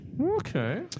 Okay